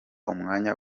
umwanya